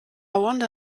wonder